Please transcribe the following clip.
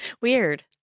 Weird